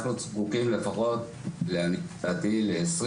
אנחנו זקוקים לפחות לעניות דעתי ל-20